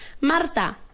Marta